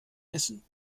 essen